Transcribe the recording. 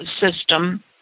system